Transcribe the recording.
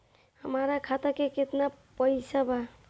हमरा खाता में केतना पइसा बा?